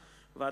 אחרונה,